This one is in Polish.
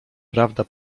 prawda